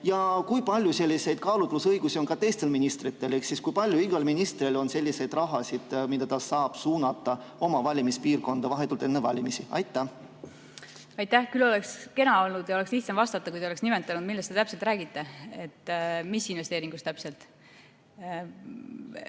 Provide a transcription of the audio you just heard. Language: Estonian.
Ja kui palju selliseid kaalutlusõigusi on ka teistel ministritel? Kui palju on igal ministril sellist raha, mille ta saab suunata oma valimispiirkonda vahetult enne valimisi? Aitäh! Küll oleks kena olnud ja oleks lihtsam vastata, kui te oleks nimetanud, millest te täpselt räägite, mis investeeringust.